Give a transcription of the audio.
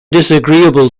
disagreeable